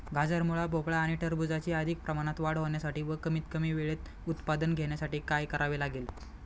गाजर, मुळा, भोपळा आणि टरबूजाची अधिक प्रमाणात वाढ होण्यासाठी व कमीत कमी वेळेत उत्पादन घेण्यासाठी काय करावे लागेल?